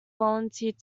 volunteered